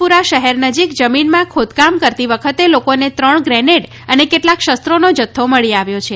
પુરા શહેર નજીક જમીનમાં ખોદકામ કરતી વખતે લોકોને ત્રણ ગ્રેનેડ અને કેટલાંક શસ્ત્રોનો જથ્થો મળી આવ્યો છે